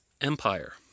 empire